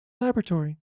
laboratory